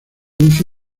uso